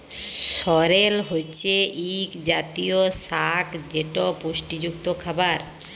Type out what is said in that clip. সরেল হছে ইক জাতীয় সাগ যেট পুষ্টিযুক্ত খাবার